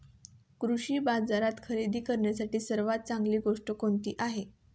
कृषी बाजारात खरेदी करण्यासाठी सर्वात चांगली गोष्ट कोणती आहे?